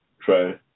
try